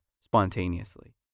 spontaneously